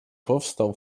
powstał